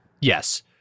Yes